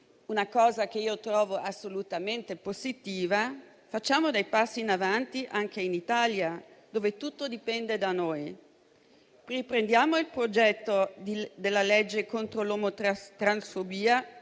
una cosa che trovo assolutamente positiva, facciamo dei passi in avanti anche in Italia, dove tutto dipende da noi. Riprendiamo il disegno di legge contro l'omotransfobia